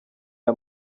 aya